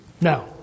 Now